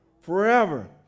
forever